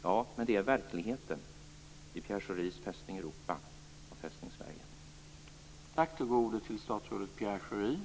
Ja, men det är verkligheten i Pierre Schoris Fästning Europa och